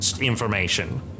information